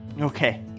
Okay